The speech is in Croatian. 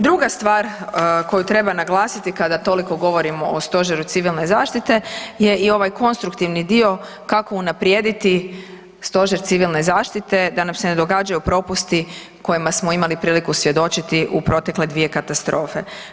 Druga stvar koju treba naglasiti kada toliko govorimo o Stožeru civilne zaštite je i ovaj konstruktivni dio kako unaprijediti Stožer civilne zaštite da nam se ne događaju propusti kojima smo imali priliku svjedočiti u protekle dvije katastrofe.